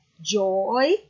Joy